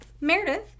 Meredith